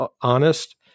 honest